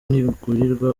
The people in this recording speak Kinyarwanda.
ntigurirwa